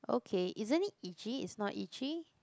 okay isn't it itchy it's not itchy